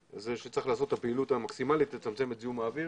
- שצריך לעשות את הפעילות המקסימלית לצמצם את זיהום האוויר